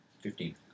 Fifteen